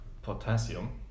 potassium